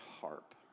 harp